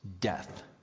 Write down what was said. death